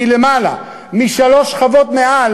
למרות שזה לא התחום שלה,